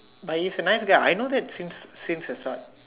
but he's a nice guy I know that since since the start